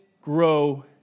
grow